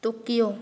Tokyo